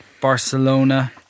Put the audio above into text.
Barcelona